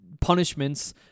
punishments